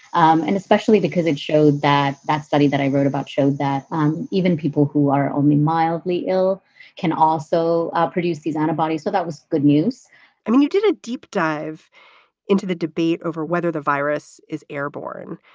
um and especially because it showed that that study that i wrote about showed that um even people who are only mildly ill can also ah produce these antibodies. so that was good news i mean, you did a deep dive into the debate over whether the virus is airborne.